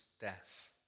death